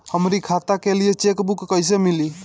हमरी खाता के लिए चेकबुक कईसे मिली?